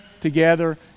together